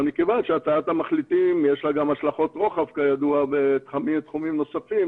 אבל מכיוון שהצעת המחליטים יש לה גם השלכות רוחב כידוע בתחומים נוספים,